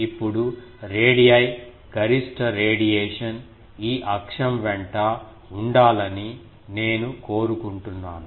ఇప్పుడు రేడిఐ గరిష్ట రేడియేషన్ ఈ అక్షం వెంట ఉండాలని నేను కోరుకుంటున్నాను